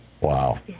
Wow